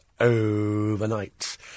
overnight